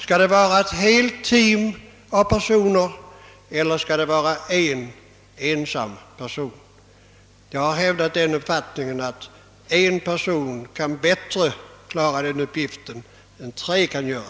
Skall det vara ett helt team eller skall det vara en ensam person? Jag har hävdat uppfattningen att en person bättre än tre kan klara denna uppgift.